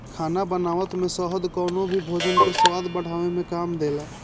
खाना बनावत में शहद कवनो भी भोजन के स्वाद बढ़ावे में काम देला